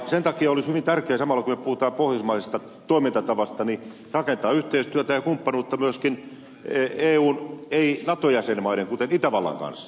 sen takia olisi hyvin tärkeä samalla kun me puhumme pohjoismaisesta toimintatavasta rakentaa yhteistyötä ja kumppanuutta myöskin eun ei nato jäsenmaiden kuten itävallan kanssa